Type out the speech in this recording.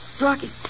Rocky